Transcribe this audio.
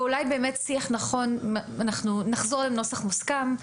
ואולי עם שיח נכון נחזור עם נוסח מוסכם.